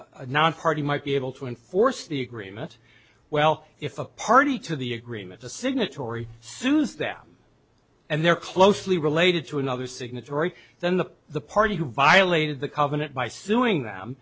non party might be able to enforce the agreement well if a party to the agreement the signatory sues them and they're closely related to another signatory then the the party who violated the covenant by suing them